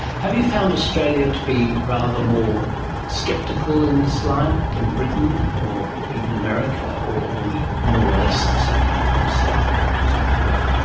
have you found australia to be rather more sceptical in this line than britain or even america, or are we more or less the same as other countries in that regard?